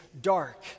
dark